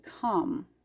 come